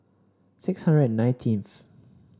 six hundred and nineteenth